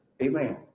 Amen